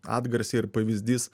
atgarsiai ir pavyzdys